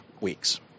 weeks